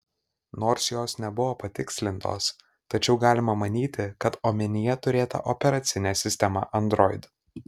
nors jos nebuvo patikslintos tačiau galima manyti kad omenyje turėta operacinė sistema android